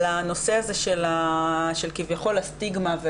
על הנושא של כביכול הסטיגמה.